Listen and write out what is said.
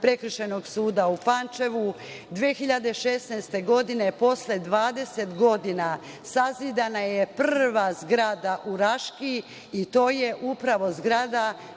Prekršajnog suda u Pančevu, 2016. godine, posle 20 godina, sazidana je prva zgrada u Raški i to je upravo zgrada